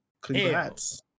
congrats